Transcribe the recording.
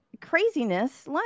craziness